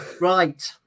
Right